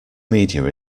media